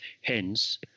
hence